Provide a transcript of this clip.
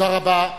תודה רבה.